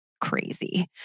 crazy